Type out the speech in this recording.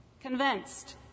Convinced